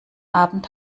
abend